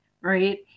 right